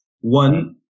one